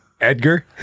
Edgar